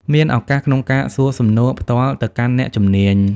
មានឱកាសក្នុងការសួរសំណួរផ្ទាល់ទៅកាន់អ្នកជំនាញ។